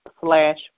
slash